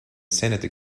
senate